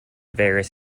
various